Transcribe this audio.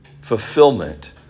fulfillment